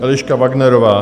Eliška Wagnerová.